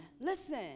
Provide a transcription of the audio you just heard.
Listen